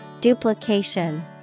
Duplication